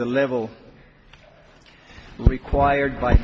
the level required by